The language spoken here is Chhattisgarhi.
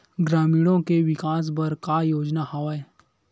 ग्रामीणों के विकास बर का योजना हवय?